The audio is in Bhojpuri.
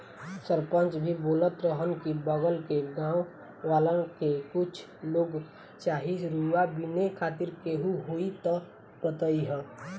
सरपंच जी बोलत रहलन की बगल के गाँव वालन के कुछ लोग चाही रुआ बिने खातिर केहू होइ त बतईह